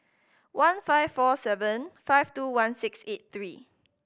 one five four seven five two one six eight three